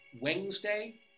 Wednesday